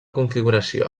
configuració